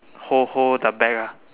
hold hold the bag ah